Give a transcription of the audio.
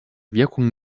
wirkung